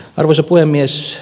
arvoisa puhemies